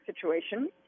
situation